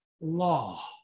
law